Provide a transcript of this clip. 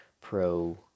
pro